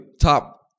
top